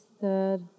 third